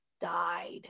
died